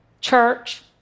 church